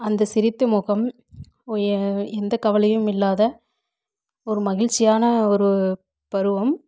அந்த சிரித்த முகம் ஓ எந்த கவலையும் இல்லாத ஒரு மகிழ்ச்சியான ஒரு பருவம்